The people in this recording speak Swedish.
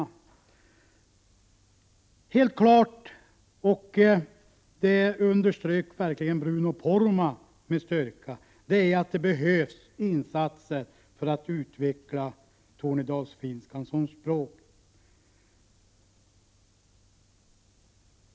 Det är helt klart, och det underströks verkligen av Bruno Poromaa, att det behövs insatser för att utveckla tornedalsfinskan som språk.